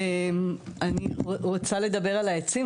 אני רוצה לדבר על העצים,